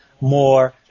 more